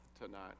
tonight